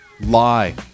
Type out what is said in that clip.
Lie